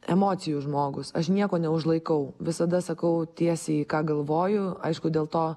emocijų žmogus aš nieko neužlaikau visada sakau tiesiai ką galvoju aišku dėl to